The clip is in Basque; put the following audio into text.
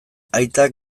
aitak